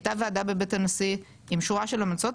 הייתה ועדה בבית הנשיא עם שורה של המלצות,